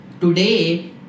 today